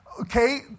okay